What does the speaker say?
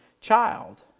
child